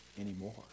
anymore